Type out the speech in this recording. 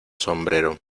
sombrero